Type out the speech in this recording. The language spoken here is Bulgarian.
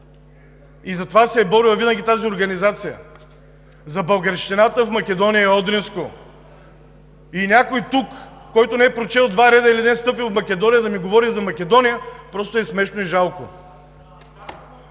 и за това се е борила винаги тази организация – за българщината в Македония и Одринско. И някой тук, който не е прочел два реда или не е стъпил в Македония, да ми говори за Македония, просто е смешно и жалко!